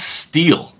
steal